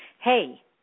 hey